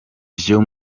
vyo